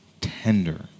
tender